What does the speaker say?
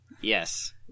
Yes